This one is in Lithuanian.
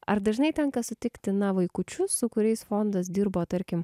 ar dažnai tenka sutikti na vaikučius su kuriais fondas dirbo tarkim